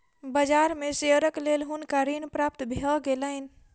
बाजार में शेयरक लेल हुनका ऋण प्राप्त भ गेलैन